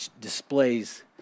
displays